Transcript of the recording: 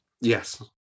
Yes